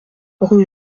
rue